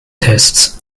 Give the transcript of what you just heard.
tests